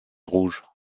rouge